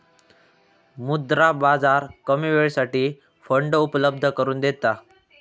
मुद्रा बाजार कमी वेळेसाठी फंड उपलब्ध करून देता